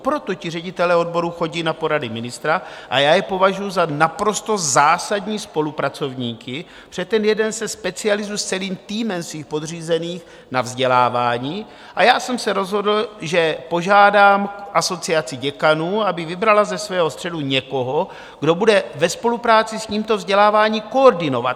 Proto ti ředitelé odborů chodí na porady ministra a já je považuji za naprosto zásadní spolupracovníky, protože jeden se specializuje s celým týmem svých podřízených na vzdělávání, a já jsem se rozhodl, že požádám Asociaci děkanů, aby vybrala ze svého středu někoho, kdo bude ve spolupráci s tímto vzděláváním koordinovat.